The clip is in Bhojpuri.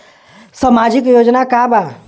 सामाजिक योजना का बा?